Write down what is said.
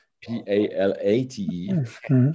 P-A-L-A-T-E